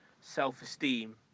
self-esteem